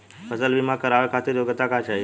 फसल बीमा करावे खातिर योग्यता का चाही?